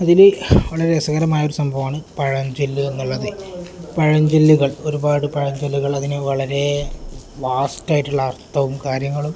അതിൽ വളരെ രസകരമായ ഒരു സംഭവമാണ് പഴചൊല്ലുകൾ എന്നുള്ളത് പഴഞ്ചൊല്ലുകൾ ഒരുപാട് പഴഞ്ചൊല്ലുകൾ അതിന് വളരെ വാസ്റ്റായിട്ടുള്ള അർത്ഥവും കാര്യങ്ങളും